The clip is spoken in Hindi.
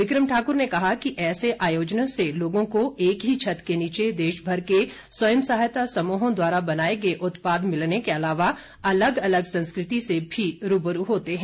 बिक्रम ठाकुर ने कहा कि ऐसे आयोजनों से लोगों को एक ही छत के नीचे देश भर के स्वयं सहायता समूहों द्वारा बनाए गए उत्पाद मिलने के अलावा अलग अलग संस्कृति से भी रूबरू होते है